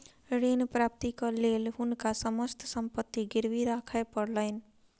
ऋण प्राप्तिक लेल हुनका समस्त संपत्ति गिरवी राखय पड़लैन